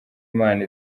imana